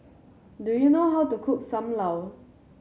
do you know how to cook Sam Lau